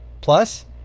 Plus